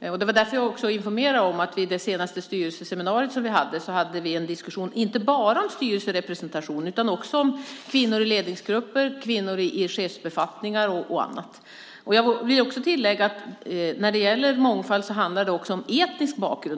Det var därför som jag också informerade om att vi vid det senaste styrelseseminariet hade en diskussion inte bara om styrelserepresentation utan också om kvinnor i ledningsgrupper, kvinnor i chefsbefattningar och annat. Jag vill också tillägga att när det gäller mångfald handlar det också om etnisk bakgrund.